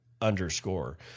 underscore